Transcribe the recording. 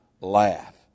laugh